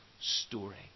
story